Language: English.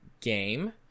game